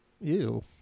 Ew